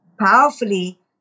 powerfully